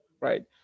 right